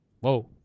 Whoa